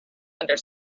under